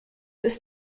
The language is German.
ist